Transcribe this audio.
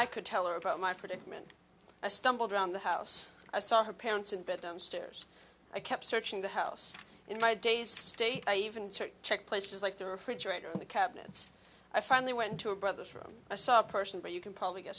i could tell her about my predicament i stumbled around the house i saw her parents and bit them stairs i kept searching the house in my days state i even checked checked places like the refrigerator the cabinets i finally went to a brother's room i saw a person but you can probably g